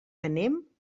anem